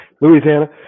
Louisiana